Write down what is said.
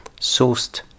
sourced